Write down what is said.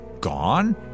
Gone